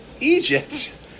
Egypt